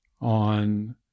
on